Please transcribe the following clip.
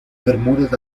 bermúdez